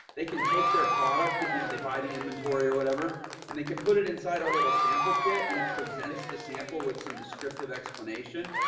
they can take their product that, you know, they buy the inventory or whatever and they can put it inside our little sample kit and it presents the sample with some descriptive explanation.